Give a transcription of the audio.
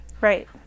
Right